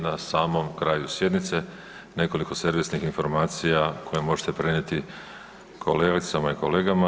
Na samom kraju sjednice nekoliko servisnih informacija koje možete prenijeti kolegicama i kolegama.